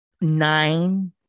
nine